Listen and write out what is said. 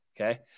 Okay